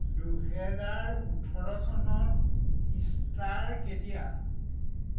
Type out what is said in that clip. দুহেজাৰ ওঠৰ চনত ইষ্টাৰ কেতিয়া